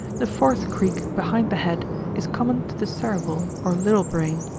the fourth creek behind the head is common to the cerebel or little brain,